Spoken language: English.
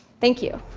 thank you.